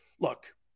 Look